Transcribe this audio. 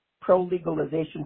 pro-legalization